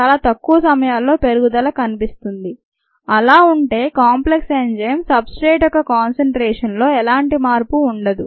చాలా తక్కువ సమయాల్లో పెరుగుదల కనిపిస్తుంది అలా ఉంటే కాంప్లెక్స్ ఎంజైమ్ సబ్ స్ట్రేట్ యొక్క కానసన్ట్రేషన్లో ఎలాంటి మార్పు ఉండదు